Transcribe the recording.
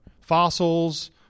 fossils